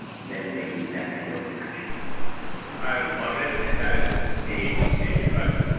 then maybe that's how you know it's your passion i love it and that is sage, sage advice.